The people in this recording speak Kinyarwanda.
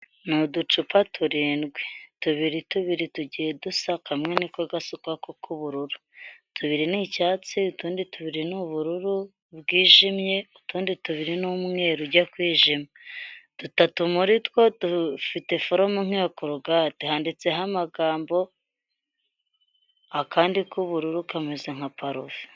Ni uducupa turindwi tubiri tubiri tugiye dusa kamwe niko gasa ukwako k'ubururu. Tubiri ni icyatsi utundi tubiri ni ubururu bwijimye, utundi tubiri n'umweru ujya kwijima. Dutatu muri two dufite forume nk'iya korogate, handitseho amagambo. Akandi k'ubururu kameze nka parufe.